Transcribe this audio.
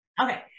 Okay